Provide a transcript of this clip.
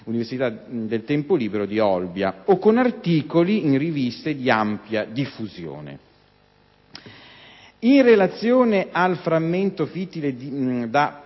Università del tempo libero di Olbia), o con articoli in riviste di ampia diffusione. In relazione al frammento fittile da Pozzomaggiore